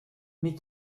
mais